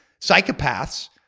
psychopaths